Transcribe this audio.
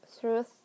truth